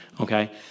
Okay